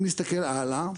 אם נסתכל הלאה,